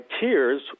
tears